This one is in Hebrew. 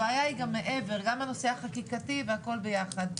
הבעיה היא גם מעבר, גם בנושא החקיקתי והכול ביחד.